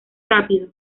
rápido